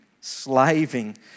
slaving